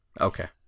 Okay